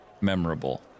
memorable